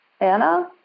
Anna